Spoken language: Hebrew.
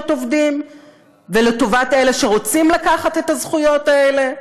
עובדים ולטובת אלה שרוצים לקחת את הזכויות האלה?